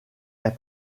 est